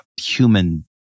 human